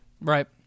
Right